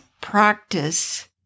practice